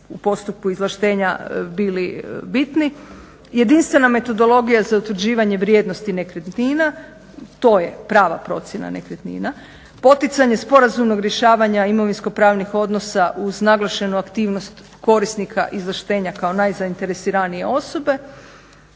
u postupku izvlaštenja bila bitni. Jedinstvena metodologija za utvrđivanje vrijednosti nekretnina. To je prava procjena nekretnina, poticanje sporazumnog rješavanja imovinskopravnih odnosa uz naglašenu aktivnost korisnika izvlaštenja kao najzaineresiranije osobe,